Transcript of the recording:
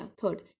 Third